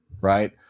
right